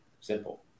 Simple